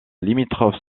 limitrophes